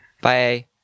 Bye